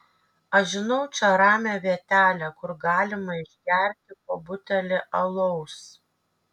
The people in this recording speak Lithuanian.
aš žinau čia ramią vietelę kur galima išgerti po butelį alaus